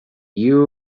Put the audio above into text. you